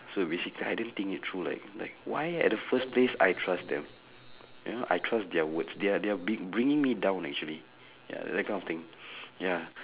so basicall~ I didn't think it through like like why at the first place I trust them you know I trust their words they're they're bringing me down actually ya that kind of thing ya